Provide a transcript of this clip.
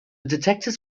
detectors